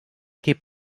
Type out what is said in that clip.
keep